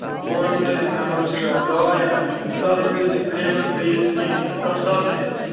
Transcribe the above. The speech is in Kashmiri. بہٕ وَنوٕ تۄہہِ حالَس دوا یا فِلحال مہٕ کٔرو تُہۍ کرٛیٖمٕز بیٚیہِ یوٗز کیٚنٛہہ کانٛہہ صابنٕے نہَ حظ